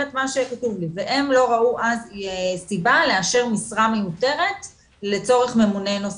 הם לא ראו אז סיבה לאשר משרה מיותרת לצורך ממונה נוסף.